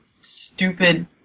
stupid